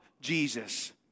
Jesus